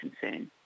concern